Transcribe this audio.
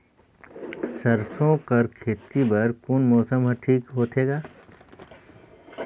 सरसो कर खेती बर कोन मौसम हर ठीक होथे ग?